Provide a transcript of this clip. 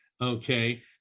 Okay